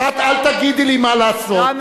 את אל תגידי לי מה לעשות, גברתי השרה.